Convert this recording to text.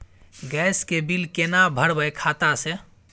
Gas के bill केना भरबै खाता से?